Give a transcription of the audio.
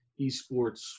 esports